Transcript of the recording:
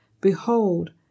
behold